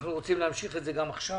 אנחנו רוצים להמשיך את זה גם עכשיו.